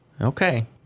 Okay